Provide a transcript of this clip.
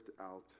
out